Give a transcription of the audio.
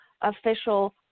official